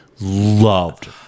loved